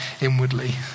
inwardly